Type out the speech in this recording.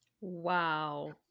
Wow